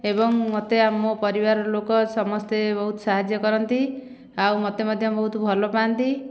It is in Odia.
ଏବଂ ମୋତେ ମୋ ପରିବାର ଲୋକ ସମସ୍ତେ ବହୁତ ସାହାଯ୍ୟ କରନ୍ତି ଆଉ ମୋତେ ମଧ୍ୟ ବହୁତ ଭଲପାଆନ୍ତି